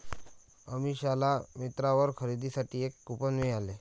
अमिषाला मिंत्रावर खरेदीसाठी एक कूपन मिळाले